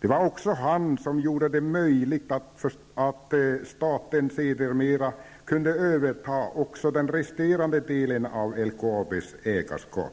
Det var också han som gjorde det möjligt för staten att sedermera överta också den resterande delen av LKABs ägarskap.